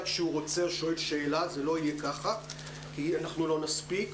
שואל שאלה כשהוא רוצה כי אנחנו לא נספיק.